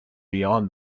beyond